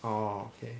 oh okay